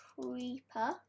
creeper